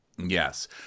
yes